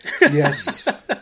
Yes